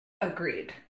agreed